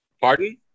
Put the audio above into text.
Pardon